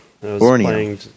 Borneo